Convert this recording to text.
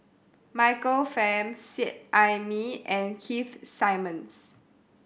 Michael Fam Seet Ai Mee and Keith Simmons